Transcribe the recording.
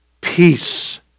peace